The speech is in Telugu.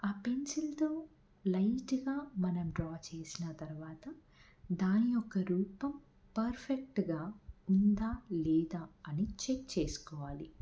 ఆ పెన్సిల్తో లైట్గా మనం డ్రా చేసిన తర్వాత దాని యొక్క రూపం పర్ఫెక్ట్గా ఉందా లేదా అని చెక్ చేసుకోవాలి